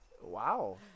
Wow